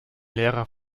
lehrer